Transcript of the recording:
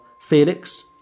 Felix